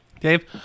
Dave